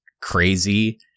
crazy